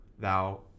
thou